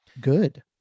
good